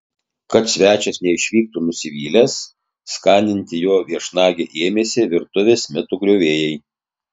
kad svečias neišvyktų nusivylęs skaninti jo viešnagę ėmėsi virtuvės mitų griovėjai